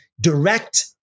direct